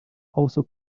also